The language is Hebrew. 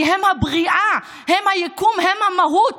כי הם הבריאה, הם היקום, הם המהות.